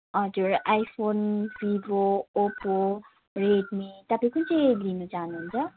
हजुर iPhone Vivo Oppo Redmi तपाईँ कुन चाहिँ लिन चाहनुहुन्छ